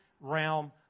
realm